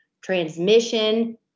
transmission